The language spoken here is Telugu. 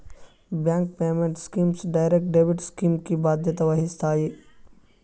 bank payment schemes direct debit scheme కి బాధ్యత వహిస్తాయి